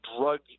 drug